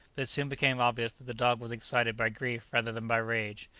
it soon became obvious that the dog was excited by grief rather than by rage.